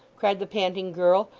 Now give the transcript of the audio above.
cried the panting girl,